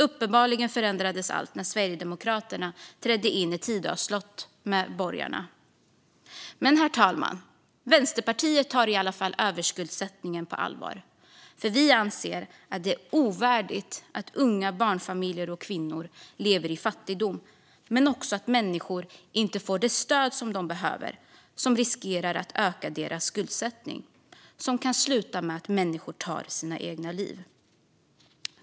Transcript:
Uppenbarligen förändrades allt när Sverigedemokraterna trädde in i Tidö slott med borgarna. Men, herr talman, Vänsterpartiet tar i alla fall överskuldsättningen på allvar. Vi anser att det är ovärdigt att unga, barnfamiljer och kvinnor lever i fattigdom men också att människor inte får det stöd de behöver, vilket riskerar att öka deras skuldsättning och kan sluta med att människor tar sitt eget liv.